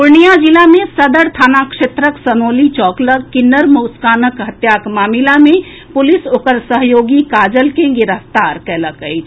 पूर्णिया जिला मे सदर थाना क्षेत्रक सनोली चौक लऽग किन्नर मुस्कानक हत्याक मामिला मे पुलिस ओकर सहयोगी काजल के गिरफ्तार कयलक अछि